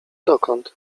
dokąd